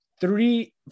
three